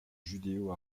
judéo